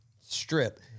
strip